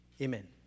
Amen